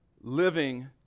living